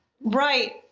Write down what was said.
Right